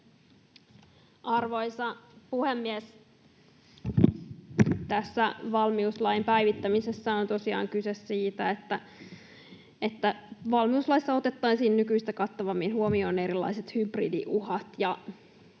Arvoisa puhemies! Tässä valmiuslain päivittämisessä on tosiaan kyse siitä, että valmiuslaissa otettaisiin nykyistä kattavammin huomioon erilaiset hybridiuhat,